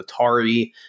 Atari